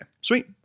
sweet